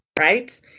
right